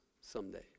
someday